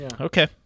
Okay